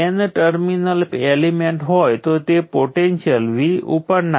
અને સંકલનનો ઈન્ટરવલ 0 થી t1 છે